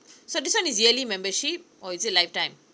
so this one is yearly membership or is it lifetime